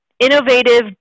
Innovative